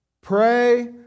Pray